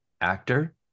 actor